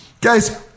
Guys